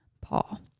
Paul